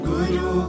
Guru